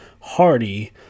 hardy